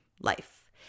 life